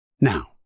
Now